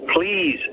please